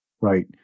right